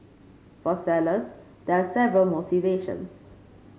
for sellers there are several motivations